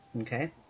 Okay